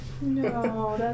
No